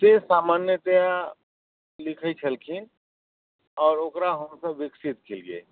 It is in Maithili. से सामान्यतया लिखै छलखिन आओर ओकरा हमसब विकसित केलिए